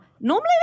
Normally